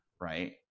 right